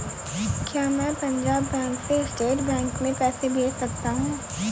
क्या मैं पंजाब बैंक से स्टेट बैंक में पैसे भेज सकता हूँ?